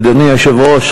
אדוני היושב-ראש,